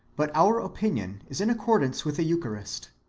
but our opinion is in accordance with the eucharist,